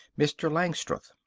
mr. langstroth